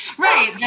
right